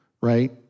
right